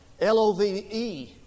L-O-V-E